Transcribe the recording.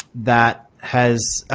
that has,